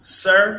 sir